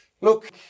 Look